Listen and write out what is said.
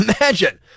Imagine